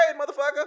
motherfucker